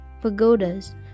Pagodas